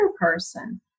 person